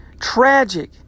tragic